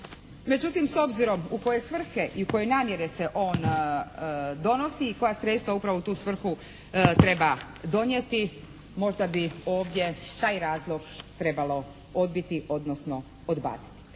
Međutim s obzirom u koje svrhe i u koje namjere se on donosi i koja sredstva upravo u tu svrhu treba donijeti možda bi ovdje taj razlog trebalo odbiti odnosno odbaciti.